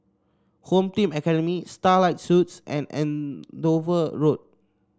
Home Team Academy Starlight Suites and Andover Road